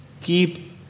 Keep